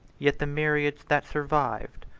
yet the myriads that survived,